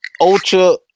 ultra